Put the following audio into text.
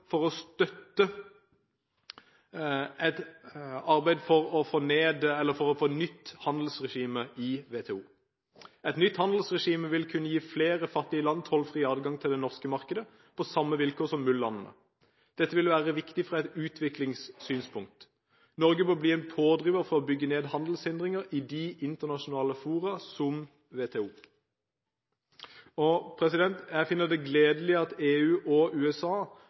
for å støtte et arbeid for å få et nytt handelsregime i WTO. Et nytt handelsregime vil kunne gi flere fattige land tollfri adgang til det norske markedet på samme vilkår som MUL-landene. Dette vil være viktig fra et utviklingssynspunkt. Norge må bli en pådriver for å bygge ned handelshindringer i internasjonale fora som WTO. Jeg finner det gledelig at EU og USA